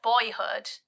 Boyhood